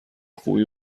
خوبی